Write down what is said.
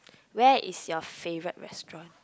where is your favourite restaurant